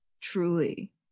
Truly